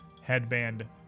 headband